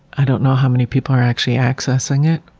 i don't know how many people are actually accessing it.